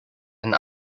and